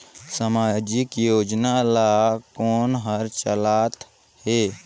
समाजिक योजना ला कोन हर चलाथ हे?